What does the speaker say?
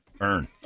Earn